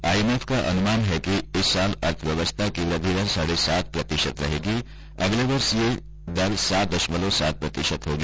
आई M F का अनुमान है कि इस साल अर्थव्यवस्था की वृद्धि दर साढ़े सात प्रतिशत रहेगी अगले वर्ष ये दर सात दशमलव सात प्रतिशत होगी